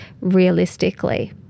realistically